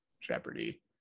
Jeopardy